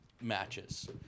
matches